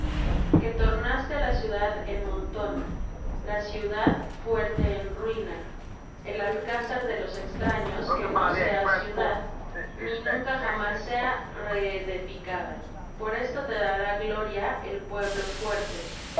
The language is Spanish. que tornaste la ciudad en montón la ciudad fuerte en ruina el alcázar de los extraños que no sea ciudad ni nunca jamás sea reedeficada por esto te dará gloria el pueblo fuerte